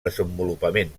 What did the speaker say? desenvolupament